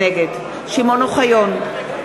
נגד שמעון אוחיון,